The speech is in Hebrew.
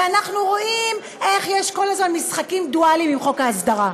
ואנחנו רואים איך יש כל הזמן משחקים דואליים עם חוק ההסדרה.